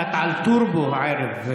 את על טורבו הערב,